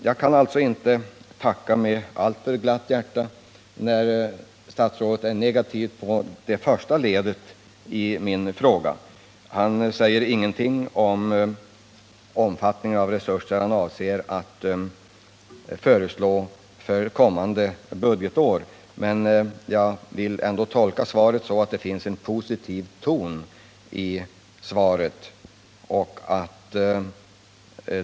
Jag kan alltså inte tacka för svaret med alltför glatt hjärta, när nu statsrådet svarat negativt i fråga om det första ledet av min fråga. Statsrådet säger inte heller någonting direkt positivt om omfattningen av de resurser han avser att föreslå för kommande budgetår. Jag vill ändå tolka svaret så att det finns en positiv ton i det.